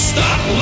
Stop